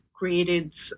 created